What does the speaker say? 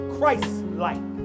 Christ-like